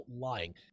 lying